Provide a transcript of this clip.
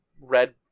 red